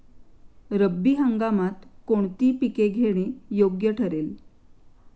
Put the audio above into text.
रब्बी हंगामात कोणती पिके घेणे योग्य ठरेल?